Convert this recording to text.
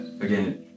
Again